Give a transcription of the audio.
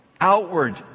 outward